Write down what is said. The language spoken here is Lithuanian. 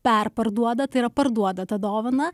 perparduoda tai yra parduoda tą dovaną